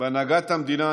בהנהגת המדינה,